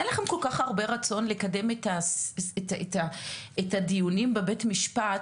אין לכם כל כך הרבה רצון לקדם את הדיונים בבית משפט.